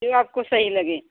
जो आपको सही लगे